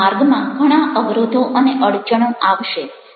તમારા માર્ગમાં ઘણા અવરોધો અને અડચણો આવશે